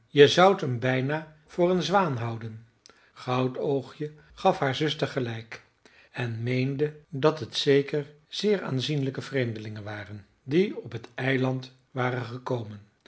je zoudt hem bijna voor een zwaan houden goudoogje gaf haar zuster gelijk en meende dat het zeker zeer aanzienlijke vreemdelingen waren die op het eiland waren gekomen